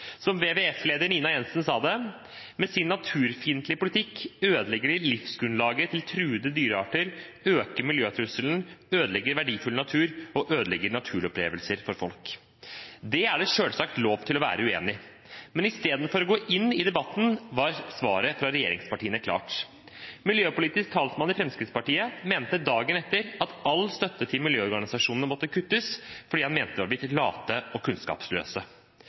bl.a. WWF-leder Nina Jensen sa det: «Med sin naturfiendtlige politikk ødelegger de livsgrunnlaget til truede dyrearter, øker miljøtrusselen, ødelegger verdifull natur og ødelegger naturopplevelsen for folk.» Det er det selvsagt lov til å være uenig i, men istedenfor å gå inn i debatten var svaret fra regjeringspartiene klart. Miljøpolitisk talsmann i Fremskrittspartiet mente dagen etter at all støtte til miljøorganisasjonene måtte kuttes fordi han mente de var blitt late og kunnskapsløse.